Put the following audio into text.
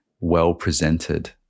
well-presented